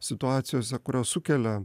situacijose kurios sukelia